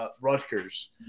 Rutgers